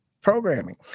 programming